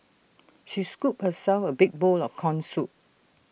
she scooped herself A big bowl of Corn Soup